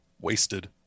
wasted